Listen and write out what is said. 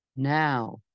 Now